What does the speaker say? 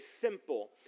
simple